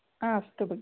हा अस्तु भगिनी